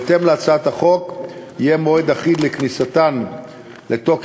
בהתאם להצעת החוק יהיה מועד אחיד לכניסתן לתוקף